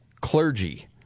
Clergy